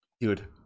Dude